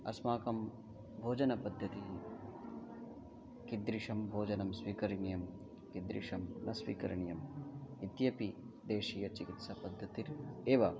अस्माकं भोजनपद्धतिः कीदृशं भोजनं स्वीकरणीयं किदृशं न स्वीकरणीयम् इत्यपि देशीयचिकित्सापद्धतिः एव